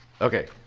okay